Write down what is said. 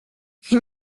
can